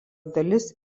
dalis